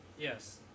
yes